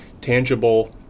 tangible